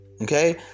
Okay